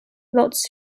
lots